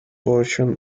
portion